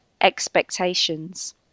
expectations